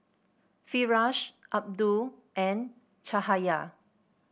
Firash Abdul and Cahaya